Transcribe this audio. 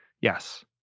Yes